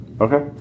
Okay